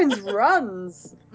runs